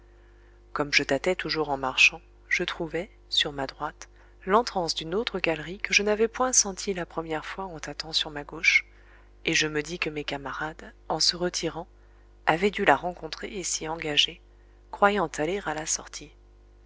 comme je tâtais toujours en marchant je trouvai sur ma droite l'entrance d'une autre galerie que je n'avais point sentie la première fois en tâtant sur ma gauche et je me dis que mes camarades en se retirant avaient dû la rencontrer et s'y engager croyant aller à la sortie